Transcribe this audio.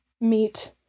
meet